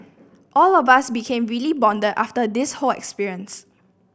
all of us became really bonded after this whole experience